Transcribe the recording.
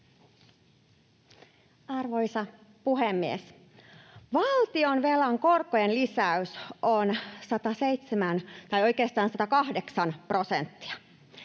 Arvoisa puhemies! Valtionvelan korkojen lisäys on 107 tai oikeastaan 108 prosenttia.